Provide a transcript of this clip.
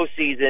postseason